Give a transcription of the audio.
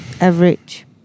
Average